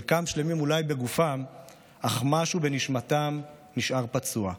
חלקם שלמים אולי בגופם אך משהו בנשמתם נשאר פצוע,